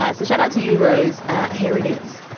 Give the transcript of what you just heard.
ah so shout out to you, rose here it is.